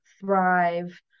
Thrive